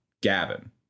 Gavin